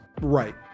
right